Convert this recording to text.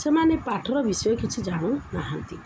ସେମାନେ ପାଠର ବିଷୟ କିଛି ଜାଣୁନାହାନ୍ତି